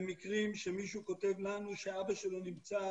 במקרים שמישהו כותב לנו שאבא שלו נמצא